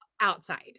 outside